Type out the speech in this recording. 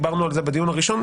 דיברנו על זה בדיון הראשון,